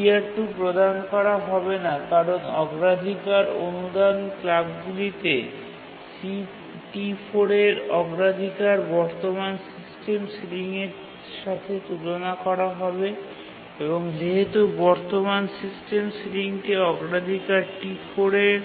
CR2 প্রদান করা হবে না কারণ অগ্রাধিকার অনুদান ক্লাবগুলিতে T4 এর অগ্রাধিকার বর্তমান সিস্টেম সিলিংয়ের সাথে তুলনা করা হবে এবং যেহেতু বর্তমান সিস্টেম সিলিংটি অগ্রাধিকার T4 এর